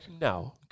No